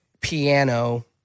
piano